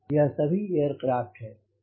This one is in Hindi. यह सभी एयरक्राफ़्ट हैं